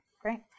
Great